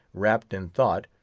wrapped in thought,